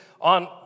on